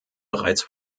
bereits